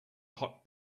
hot